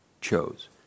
chose